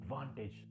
advantage